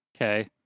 Okay